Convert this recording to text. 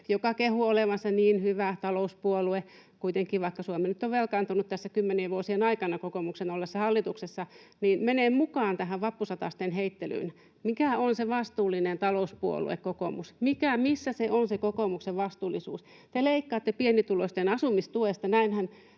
joka kehuu olevansa niin hyvä talouspuolue, vaikka Suomi nyt on velkaantunut tässä kymmenien vuosien aikana kokoomuksen ollessa hallituksessa, kuitenkin menee mukaan tähän vappusatasten heittelyyn. Mikä on se vastuullinen talouspuolue kokoomus? Missä on se kokoomuksen vastuullisuus? Te leikkaatte pienituloisten asumistuesta,